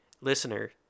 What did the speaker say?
listener